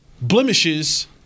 blemishes